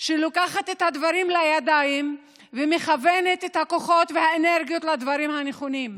שלוקחת את הדברים לידיים ומכוונת את הכוחות והאנרגיות לדברים הנכונים.